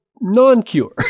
non-cure